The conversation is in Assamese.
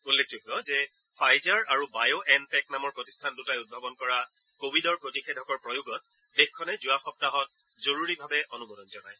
উল্লেখযোগ্য যে ফাইজাৰ আৰু বায়' এন টেক নামৰ প্ৰতিষ্ঠান দুটাই উদ্ভাৱন কৰা কোৱিডৰ প্ৰতিষেধকৰ প্ৰয়োগত দেশখনে যোৱা সপ্তাহত জৰুৰীভাৱে অনুমোদন জনায়